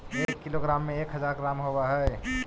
एक किलोग्राम में एक हज़ार ग्राम होव हई